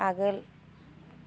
आगोल